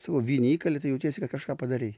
sakau vinį įkali tai jautiesi kad kažką padarei